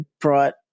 brought